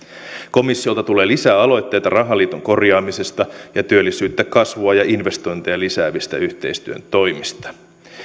komissiolta tulee lisää aloitteita rahaliiton korjaamisesta ja työllisyyttä kasvua ja investointeja lisäävistä yhteistyötoimista